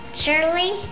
surely